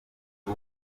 b’u